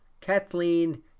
Kathleen